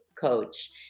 coach